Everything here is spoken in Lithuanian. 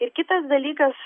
ir kitas dalykas